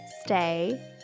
stay